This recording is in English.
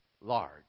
large